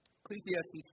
Ecclesiastes